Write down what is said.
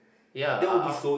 ya uh I'll